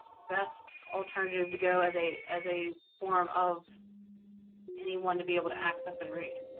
best alternative to go as a as a form of anyone to be able to access and read.